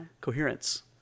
coherence